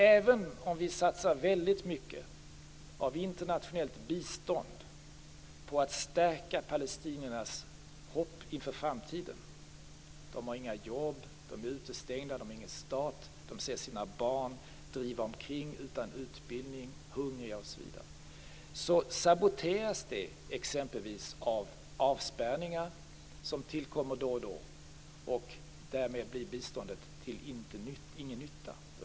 Även om vi satsar väldigt mycket av internationellt bistånd på att stärka palestiniernas hopp inför framtiden - de har inga jobb, de är utestängda, de har ingen stat, de ser sina barn driva omkring utan utbildning, de är hungriga osv. - saboteras det exempelvis av de avspärrningar som tillkommer då och då. Därmed blir biståndet till ingen nytta.